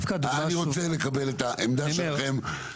אני רוצה לקבל את העמדה שלכם.